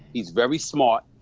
he's very smart,